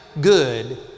good